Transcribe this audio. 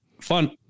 Fun